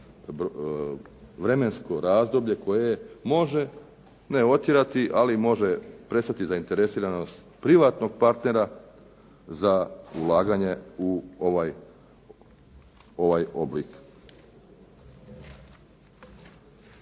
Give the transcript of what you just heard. vremensko razdoblje koje može ne otjerati, ali može prestati zainteresiranost privatnog partnera za ulaganje u ovaj, ovaj